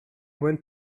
went